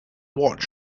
watch